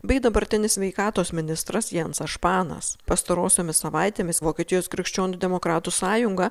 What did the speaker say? bei dabartinis sveikatos ministras jensas španas pastarosiomis savaitėmis vokietijos krikščionių demokratų sąjunga